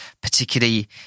particularly